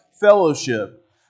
fellowship